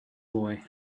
boy